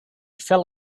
fell